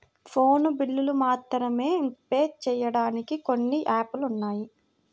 phone బిల్లులు మాత్రమే pay చెయ్యడానికి కొన్ని యాపులు ఉన్నాయి